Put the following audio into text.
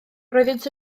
roeddynt